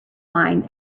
wine